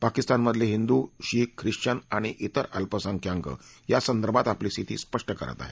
पाकिस्तानमधले Hindu Sikh Christian आणि तिर अल्पसंख्याक यासंदर्भात आपली स्थिती स्पष्ट करत आहेत